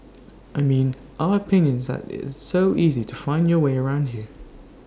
I mean our opinion is that it's so easy to find your way around here